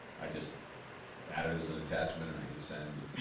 i just add it as an attachment and i hit send.